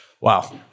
Wow